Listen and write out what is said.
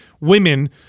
Women